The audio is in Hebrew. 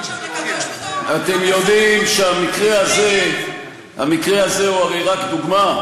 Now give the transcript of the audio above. אתם יודעים שהמקרה הזה הוא הרי רק דוגמה,